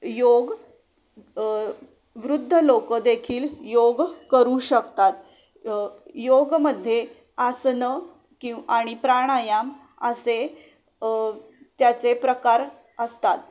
योग वृद्ध लोकंदेखील योग करू शकतात योगमध्ये आसनं किंवा आणि प्राणायाम असे त्याचे प्रकार असतात